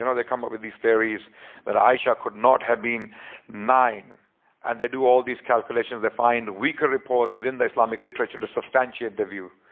and they come up with these theories that aisha could not have been nine and they do all these calculations. they find weaker reports within the islamic literature to substantiate the view.